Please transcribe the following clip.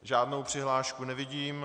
Žádnou přihlášku nevidím.